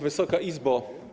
Wysoka Izbo!